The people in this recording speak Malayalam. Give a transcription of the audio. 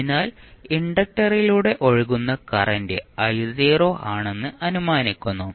അതിനാൽ ഇൻഡക്റ്ററിലൂടെ ഒഴുകുന്ന കറന്റ് ആണെന്ന് അനുമാനിക്കുന്നു